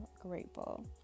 grateful